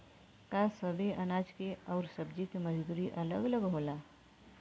का सबे अनाज के अउर सब्ज़ी के मजदूरी अलग अलग होला?